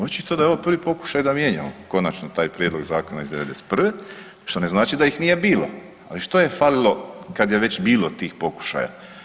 Očito da je ovo prvi pokušaj da mijenjamo konačno taj prijedlog zakona iz '91., što ne znači da ih nije bilo, ali što je falilo kad je već bilo tih pokušaja?